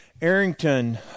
Arrington